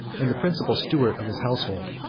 and the principal steward of his household.